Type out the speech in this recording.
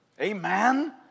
Amen